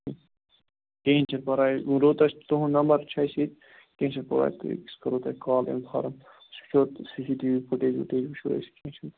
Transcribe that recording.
کِہیٖنۍ چھُ نہ پرواے ونۍ روٚٹ اسہ تُہُنٛد نمبر چھُ اَسہِ ییٚتہ کینٛہہ چھُ نہٕ پرواے أسۍ کرو تۄہہِ کال انفارم أسۍ وچھو C C T V footage وُٹیج وچھو أسۍ کینٛہہ چھُ نہٕ